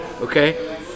okay